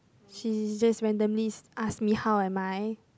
she just randomly ask me how am I